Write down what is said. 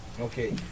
Okay